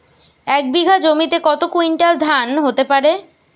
এক বিঘা জমিতে কত কুইন্টাল ধান হতে পারে?